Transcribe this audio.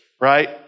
right